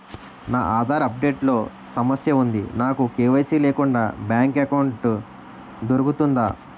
నా Aadhaar update లో సమస్య వుంది నాకు కే.వై.సీ లేకుండా బ్యాంక్ ఎకౌంట్దొ రుకుతుందా?